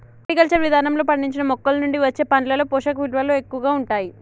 horticulture విధానంలో పండించిన మొక్కలనుండి వచ్చే పండ్లలో పోషకవిలువలు ఎక్కువగా ఉంటాయి